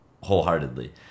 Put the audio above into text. wholeheartedly